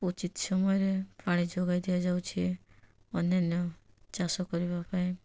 ଉଚିତ୍ ସମୟରେ ପାଣି ଯୋଗାଇ ଦିଆଯାଉଛି ଅନ୍ୟାନ୍ୟ ଚାଷ କରିବା ପାଇଁ